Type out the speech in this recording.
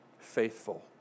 Faithful